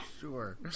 Sure